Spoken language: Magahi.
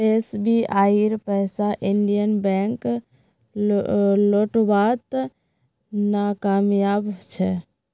एसबीआईर पैसा इंडियन बैंक लौटव्वात नाकामयाब छ